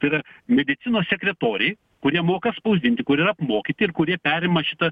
tai yra medicinos sekretoriai kurie moka spausdinti kurie yra apmokyti ir kurie perima šitą